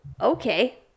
okay